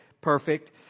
Perfect